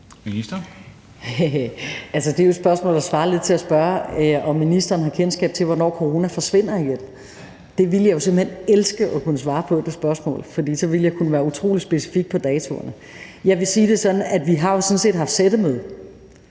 det er jo et spørgsmål, der svarer lidt til at spørge, om ministeren har kendskab til, hvornår corona forsvinder igen. Det spørgsmål ville jeg jo simpelt hen elske at kunne svare på, for så ville jeg kunne være utrolig specifik med datoen. Jeg vil sige det